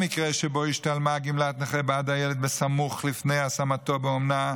במקרה שבו השתלמה גמלת נכה בעד הילד סמוך לפני השמתו באומנה,